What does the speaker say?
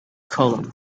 column